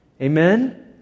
Amen